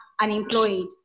unemployed